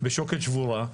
בשוקת שבורה,